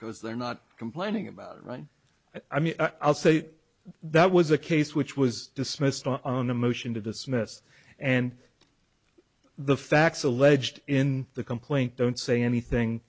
because they're not complaining about right i mean i'll say that was a case which was dismissed on a motion to dismiss and the facts alleged in the complaint don't say anything